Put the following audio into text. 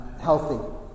healthy